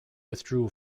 withdrew